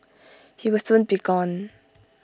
he will soon be gone